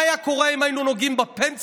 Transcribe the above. מה היה קורה אם היינו נוגעים בפנסיות